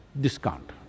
Discount